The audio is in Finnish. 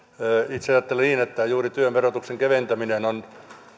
itse ajattelen niin että juuri työn verotuksen keventäminen on